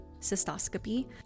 cystoscopy